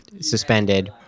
suspended